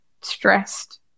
stressed